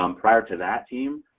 um prior to that team,